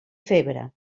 febre